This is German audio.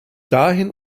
dahin